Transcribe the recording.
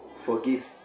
forgive